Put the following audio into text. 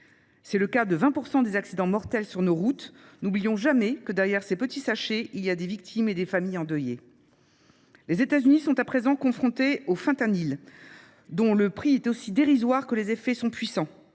C'est le cas de 20% des accidents mortels sur nos routes. Nous n'oublions jamais que derrière ces petits sachets, il y a des victimes et des familles endeuillées. Les Etats-Unis sont à présent confrontés au Fentanyl, dont le prix est aussi dérisoire que les effets sont puissants.